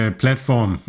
platform